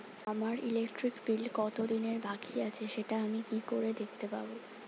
আমার electric bill কত দিনের বাকি আছে সেটা আমি কি করে দেখতে পাবো?